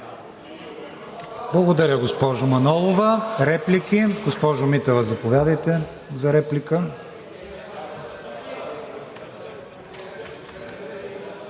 Благодаря, госпожо Манолова. Реплики? Госпожо Митева, заповядайте.